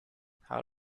how